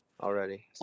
already